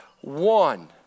one